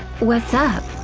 what's up.